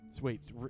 Wait